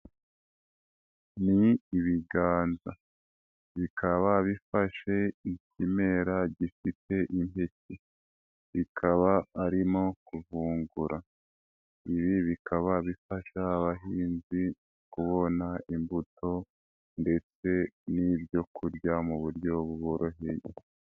Ni ibiganza bikaba bifashe ikimera gifite impeke, bikaba arimo kuvungura. Ibi bikaba bifasha abahinzi kubona imbuto ndetse n'ibyo kurya mu buryo buboroheye.